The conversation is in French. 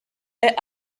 est